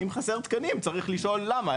אם חסר תקנים צריך לשאול למה.